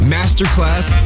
Masterclass